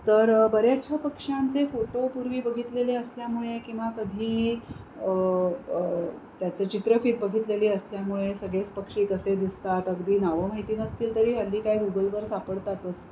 तर बऱ्याचशा पक्ष्यांचे फोटो पूर्वी बघितलेले असल्यामुळे किंवा कधी त्याचं चित्रफीत बघितलेली असल्यामुळे सगळेच पक्षी कसे दिसतात अगदी नावं माहिती नसतील तरी हल्ली काय गुगलवर सापडतातच